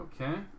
okay